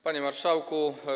Panie Marszałku!